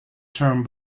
term